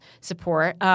support